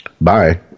Bye